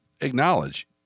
acknowledge